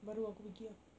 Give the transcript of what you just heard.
baru aku pergi ah